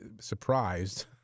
surprised